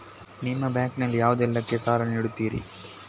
ನಿಮ್ಮ ಬ್ಯಾಂಕ್ ನಲ್ಲಿ ಯಾವುದೇಲ್ಲಕ್ಕೆ ಸಾಲ ನೀಡುತ್ತಿರಿ?